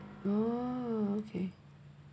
oo